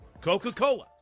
Coca-Cola